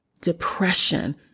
depression